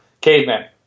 caveman